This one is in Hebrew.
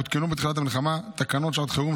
הותקנו בתחילת המלחמה תקנות שעת חירום,